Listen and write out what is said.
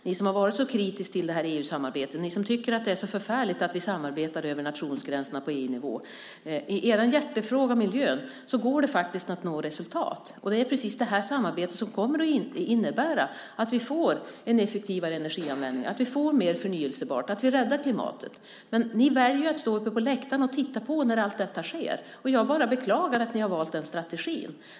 Ni har varit så kritiska till EU-samarbetet, och ni tycker att det är så förfärligt att vi samarbetar över nationsgränserna på EU-nivå. I er hjärtefråga miljön går det faktiskt att nå resultat. Det är precis det samarbetet som kommer att innebära att vi får en effektivare energianvändning, att vi får mer av förnybart, att vi räddar klimatet. Men ni väljer att stå på läktaren och titta på när allt detta sker. Jag bara beklagar att ni har valt den strategin.